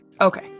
Okay